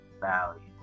value